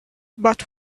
but